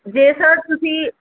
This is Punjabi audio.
ਜੇ ਸਰ ਤੁਸੀਂ